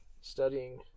studying